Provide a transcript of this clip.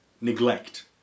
Neglect